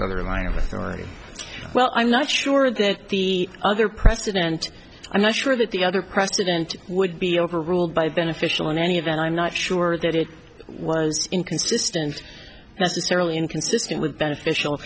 other line of authority well i'm not sure that the other president i'm not sure that the other president would be overruled by beneficial in any event i'm not sure that it was inconsistent necessarily inconsistent with beneficial